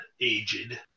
aged